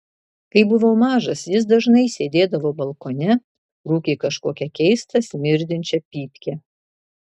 kai buvau mažas jis dažnai sėdėdavo balkone rūkė kažkokią keistą smirdinčią pypkę